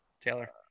Taylor